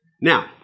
Now